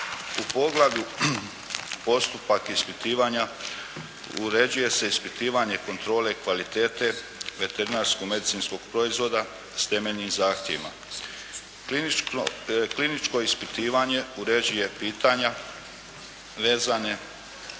U poglavlju –Postupak ispitivanja uređuje se ispitivanje kontrole kvalitete veterinarsko-medicinskog proizvoda s temeljnim zahtjevima. Kliničko ispitivanje uređuje pitanja vezane